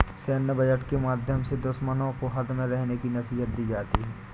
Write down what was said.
सैन्य बजट के माध्यम से दुश्मनों को हद में रहने की नसीहत दी जाती है